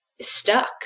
stuck